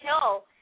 kill